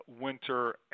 winter